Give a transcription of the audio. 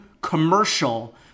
commercial